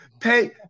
Pay